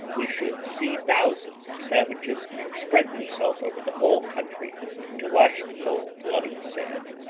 we should see thousands of savages spread themselves over the whole country to wash the gold out of the sand,